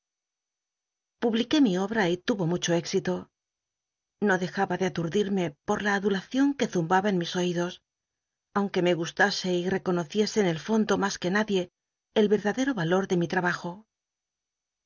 publiqué mi obra y luyo mucho éxito ro dejaba atmdirme por la aclulacion que zumbaba en mis oídos mnque me gustase y reconociese en el fondo mas que nadie el verdadero ya lo de mi tmbajo